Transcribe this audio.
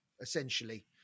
Essentially